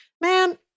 Man